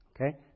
Okay